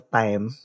time